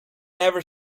never